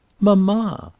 mamma!